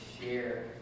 share